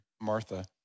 Martha